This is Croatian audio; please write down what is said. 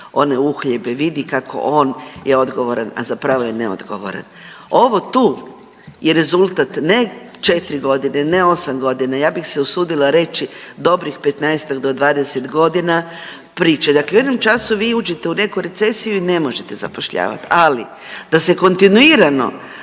one uhljebe, vidi kako on je odgovoran, a zapravo je neodgovoran. Ovo tu je rezultat ne četri godine, ne osam godina, ja bih se usudila reći dobrih 15-ak do 20 godina priče. Dakle, u jednom času vi uđete u neku recesiju i ne možete zapošljavat, ali da se kontinuirano